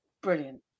Brilliant